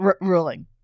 ruling